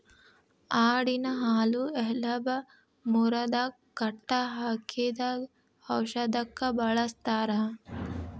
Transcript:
ಆಡಿನ ಹಾಲು ಎಲಬ ಮುರದಾಗ ಕಟ್ಟ ಹಾಕಿದಾಗ ಔಷದಕ್ಕ ಬಳಸ್ತಾರ